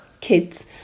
kids